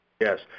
Yes